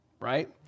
right